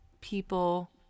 people